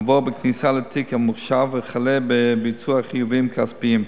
עבור בכניסה לתיק הממוחשב וכלה בביצוע חיובים כספיים.